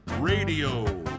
radio